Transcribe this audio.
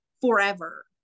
forever